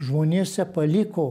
žmonėse paliko